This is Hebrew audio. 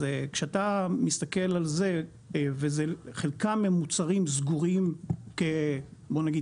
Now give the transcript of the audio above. אז כשאתה מסתכל על זה וחלקם הם מוצרים סגורים בוא נגיד